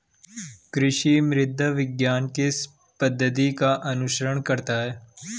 कृषि मृदा विज्ञान किस पद्धति का अनुसरण करता है?